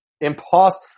impossible